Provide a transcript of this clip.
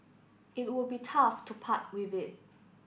it would be tough to part with it